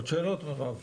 עוד שאלות, מירב?